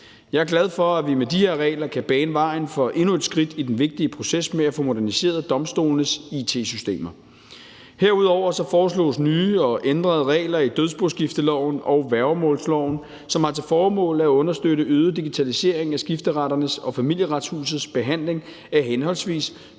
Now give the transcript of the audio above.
Jeg er glad for, at vi med de her regler kan bane vejen for, at der tages endnu et skridt i den vigtige proces med at få moderniseret domstolenes it-systemer. Herudover foreslås nye og ændrede regler i dødsboskifteloven og værgemålsloven, som har til formål at understøtte øget digitalisering af skifteretternes og Familieretshusets behandling af henholdsvis